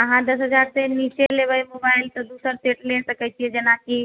अहाँ दस हजार से नीचे लेबै मोबाइल तऽ दोसर सेट लेब तऽ कहै छियै जेनाकि